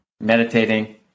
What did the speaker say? meditating